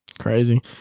Crazy